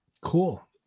Cool